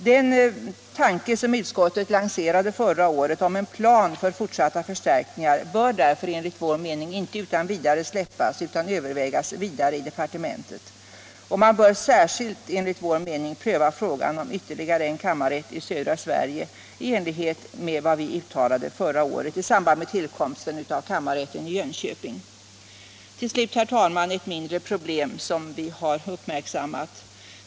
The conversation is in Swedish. Den tanke som justitieutskottet lanserade förra året om en plan för fortsatta förstärkningar bör därför enligt vår mening inte utan vidare släppas utan övervägas vidare i departementet. Man bör särskilt enligt vår mening pröva frågan om ytterligare en kammarrätt i södra Sverige i enlighet med vad vi uttalade förra året i samband med tillkomsten av kammarrätten i Jönköping. Till slut, herr talman, ett mindre problem som vi har uppmärksammat.